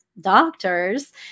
doctors